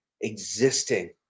existing